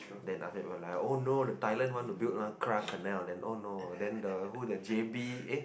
then after that we're like oh no the Thailand want to build Carat Canal then no no then the who the J_B eh